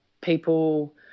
people